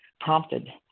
prompted